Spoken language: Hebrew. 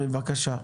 בבקשה.